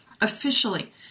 officially